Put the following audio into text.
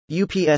UPS